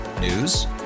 News